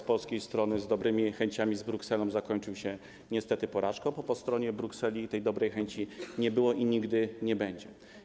z polskiej strony z dobrymi chęciami, zakończył się niestety porażką, bo po stronie Brukseli tej dobrej chęci nie było i nigdy nie będzie.